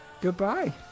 Goodbye